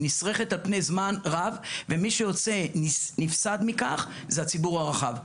נשרכת על פני זמן רב ומי שיוצא נפסד מכך זה הציבור הרחב.